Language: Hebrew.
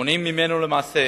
מונעות ממנו למעשה